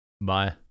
Bye